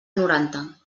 noranta